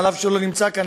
אף שהוא לא נמצא כאן,